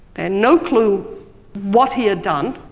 and no clue what he had done.